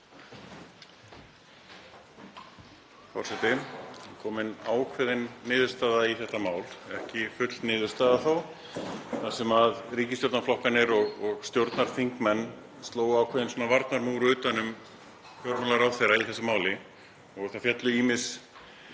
Það er komin ákveðin niðurstaða í þetta mál, ekki full niðurstaða þó, þar sem ríkisstjórnarflokkarnir og stjórnarþingmenn slógu ákveðinn varnarmúr utan um fjármálaráðherra í þessu máli og það féllu ýmis